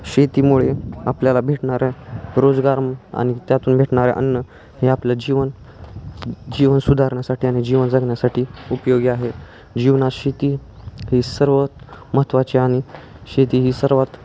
शेतीमुळे आपल्याला भेटणारा रोजगार आणि त्यातून भेटणारे अन्न हे आपलं जीवन जीवन सुधारण्यासाठी आणि जीवन जगण्यासाठी उपयोगी आहे जीवनात शेती ही सर्वात महत्त्वाची आणि शेती ही सर्वात